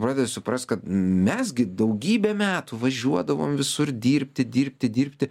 pradedi suprast kad mes gi daugybę metų važiuodavom visur dirbti dirbti dirbti